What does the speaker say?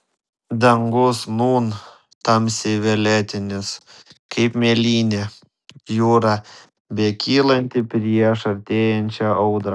dangus nūn tamsiai violetinis kaip mėlynė jūra bekylanti prieš artėjančią audrą